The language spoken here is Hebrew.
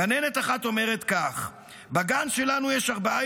גננת אחת אומרת כך: בגן שלנו יש ארבעה